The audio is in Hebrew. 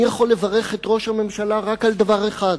אני יכול לברך את ראש הממשלה רק על דבר אחד.